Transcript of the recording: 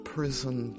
Prison